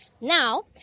Now